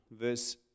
verse